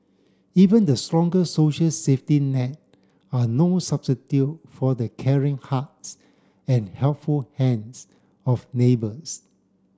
even the strongest social safety net are no substitute for the caring hearts and helpful hands of neighbours